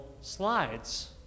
slides